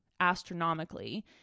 astronomically